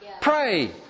Pray